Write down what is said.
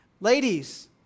Ladies